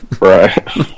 Right